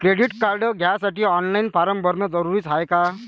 Credit card घ्यासाठी online form भरन जरुरीच हाय का?